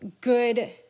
good